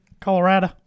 Colorado